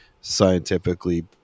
scientifically